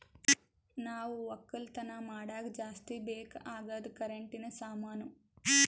ನಾವ್ ಒಕ್ಕಲತನ್ ಮಾಡಾಗ ಜಾಸ್ತಿ ಬೇಕ್ ಅಗಾದ್ ಕರೆಂಟಿನ ಸಾಮಾನು